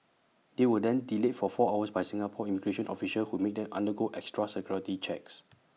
they were then delayed for four hours by Singapore immigration officials who made them undergo extra security checks